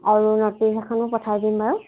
আৰু নটিছ এখনো পঠাই দিম বাৰু